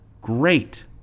Great